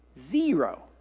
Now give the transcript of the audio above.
Zero